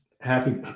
Happy